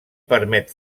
permet